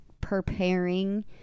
preparing